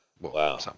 Wow